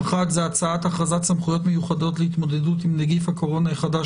האחד הוא הצעת הכרזת סמכויות מיוחדות להתמודדות עם נגיף הקורונה החדש